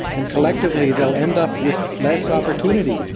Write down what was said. and collectively, they'll end up with less opportunity.